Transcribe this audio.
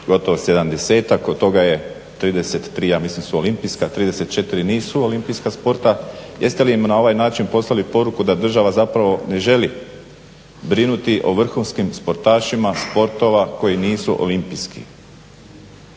gotovo 77-ak, od toga je, 33 ja mislim su olimpijska, 34 nisu olimpijska sporta. Jeste li im na ovaj način poslali poruku da država zapravo ne želi brinuti o vrhunskim sportašima, sportova koji nisu olimpijski.